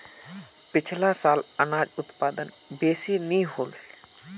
पिछला साल अनाज उत्पादन बेसि नी होल